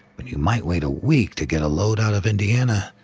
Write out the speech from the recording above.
when you might wait a week to get a load out of indiana,